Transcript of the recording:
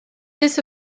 this